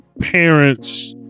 parents